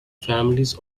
families